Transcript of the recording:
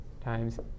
times